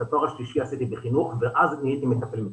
את התואר השלישי עשיתי בחינוך ואז נהייתי מטפל מצוין.